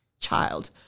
child